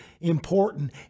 important